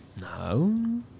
No